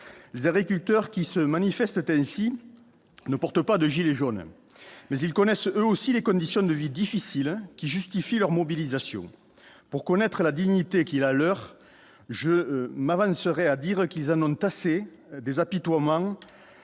les agriculteurs qui se manifeste ainsi ne porte pas de gilet jaune, mais ils connaissent eux aussi les conditions de vie difficiles qui justifient leur mobilisation pour connaître la dignité qui la leur, je m'avancerais à dire qu'ils en ont assez des apitoiement,